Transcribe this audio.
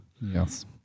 yes